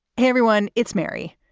hey, everyone, it's mary.